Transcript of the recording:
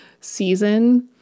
season